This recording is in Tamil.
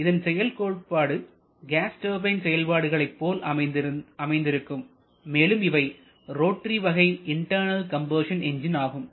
இதன் செயல் கோட்பாடு கேஸ் டர்பைன் செயல்பாடுகளை போல் அமைந்திருக்கும் மேலும் இவை ரோட்டரி வகை இன்டர்னல் கம்பஷன் எஞ்சின் ஆகும்